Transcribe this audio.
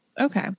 Okay